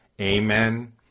Amen